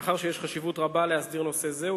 מאחר שיש חשיבות רבה להסדיר נושא זה,